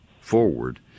forward